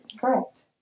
Correct